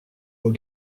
aux